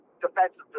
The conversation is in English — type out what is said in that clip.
defensive